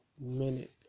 minute